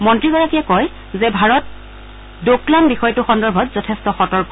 মন্ত্ৰীগৰাকীয়ে কয় যে ভাৰত ডোকলাম বিষয়টো সন্দৰ্ভত যথেষ্ট সতৰ্ক